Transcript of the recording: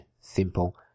simple